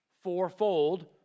fourfold